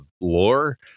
lore